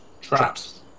Traps